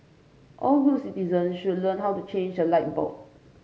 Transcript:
all good citizen should learn how to change a light bulb